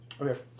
Okay